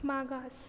मागास